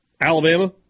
Alabama